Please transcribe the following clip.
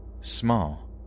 small